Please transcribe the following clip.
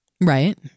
Right